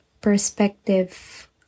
perspective